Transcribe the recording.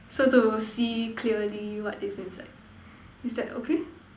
so to see clearly what is inside is that okay